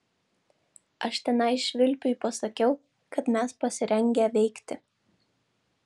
aš tenai švilpiui pasakiau kad mes pasirengę veikti